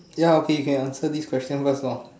ya okay you can answer this question first lor